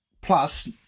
plus